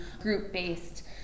group-based